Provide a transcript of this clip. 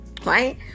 Right